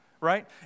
right